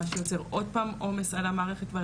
מה שיוצר עוד פעם עומס על המערכת ועל